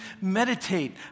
Meditate